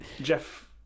Jeff